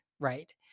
right